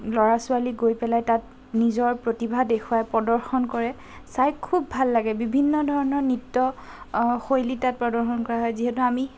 ল'ৰা ছোৱালী গৈ পেলাই তাত নিজৰ প্ৰতিভা দেখুৱায় প্ৰদৰ্শন কৰে চাই খুব ভাল লাগে বিভিন্ন ধৰণৰ নৃত্য শৈলী তাত প্ৰদৰ্শন কৰা হয় যিহেতু আমি